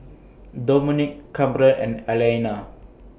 Dominick Kamren and Alayna